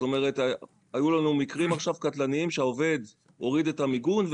היו לנו עכשיו מקרים קטלניים שהעובד הוריד את המיגון,